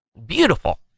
beautiful